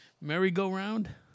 Merry-Go-Round